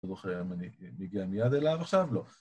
לא זוכר אם אני מגיע מיד אליו עכשיו, לא